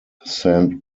saint